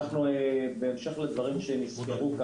בהמשך לדברים שהוזכרו,